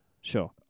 sure